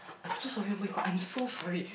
I'm so sorry oh-my-god I'm so sorry